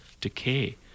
decay